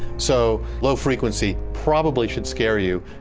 so low frequency probably should scare you.